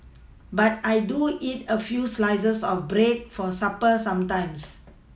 but I do eat a few slices of bread for supper sometimes